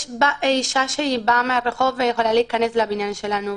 יש אישה שבאה מהרחוב והיא יכולה להיכנס לבניין שלנו.